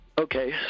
Okay